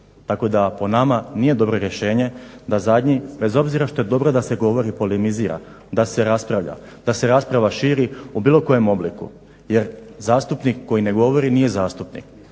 Tako da po nama nije dobro rješenje da zadnji bez obzira što je dobro da se govori i polemizira da se raspravlja, da se rasprava širi u bilo kojem obliku jer zastupnik koji govori nije zastupnik,